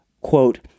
Quote